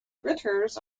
gritters